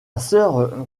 sœur